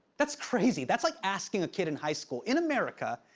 that's crazy. that's like asking a kid in high school, in america,